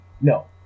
No